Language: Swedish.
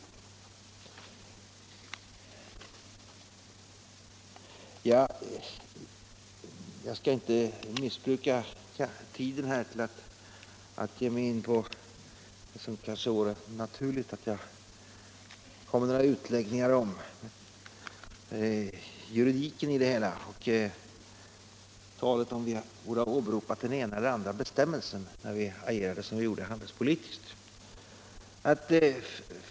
Jag skall inte missbruka tiden till att ge mig in på några utläggningar om de juridiska aspekterna på denna fråga, vilket kanske vore naturligt, med tanke på talet om att vi borde ha åberopat den ena eller den andra bestämmelsen när vi agerade handelspolitiskt.